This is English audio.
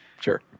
Sure